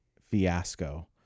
fiasco